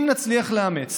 אם נצליח לאמץ